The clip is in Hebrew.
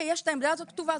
יש את העמדה הזאת כתובה.